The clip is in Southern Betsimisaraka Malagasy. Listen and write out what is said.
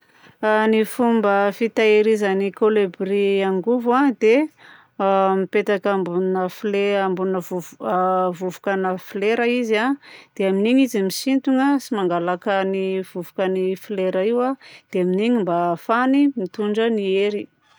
Ny fomba fitahirizan'ny kôlibria angovo a dia a mipetaka ambonina fle- ambonina vovoka- vovokana flera izy a dia amin'igny izy misintona sy mangalaka ny vovokany flera io a dia amin'igny mba ahafahany mitondra ny hery.